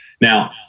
now